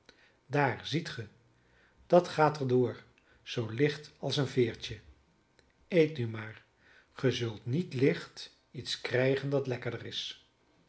daar ziet ge dat gaat er door zoo licht als een veertje eet nu maar ge zult niet licht iets krijgen dat lekkerder is